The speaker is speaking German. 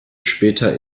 später